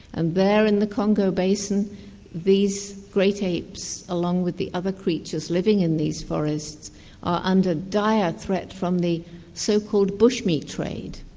and there in the congo basin these great apes along with the other creatures living in these forests are under dire threat from the so-called bush-meat trade.